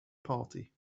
party